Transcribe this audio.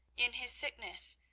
in his sickness,